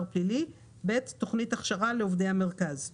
פלילי; (ב)תכנית הכשרה לעובדי המרכז;